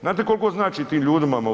Znate koliko znači tim ljudima u